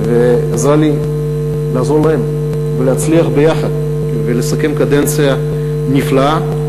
עזרה לי לעזור להם ולהצליח ביחד ולסכם קדנציה נפלאה.